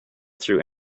through